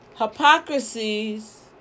Hypocrisies